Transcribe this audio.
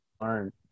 learn